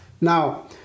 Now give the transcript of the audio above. Now